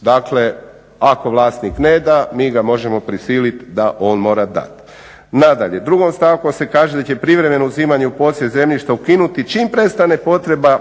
Dakle, ako vlasnik ne da mi ga možemo prisiliti da on mora dati. Nadalje, u drugom stavku se kaže da će privremeno uzimanje u posjed zemljišta ukinuti čim prestane potreba